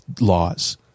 laws